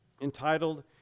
entitled